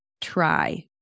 Try